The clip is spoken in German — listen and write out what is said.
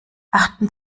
achten